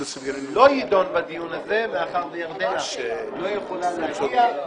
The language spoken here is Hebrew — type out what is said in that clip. לא יידון בדיון הזה מאחר שירדנה לא יכולה להגיע.